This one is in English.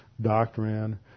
doctrine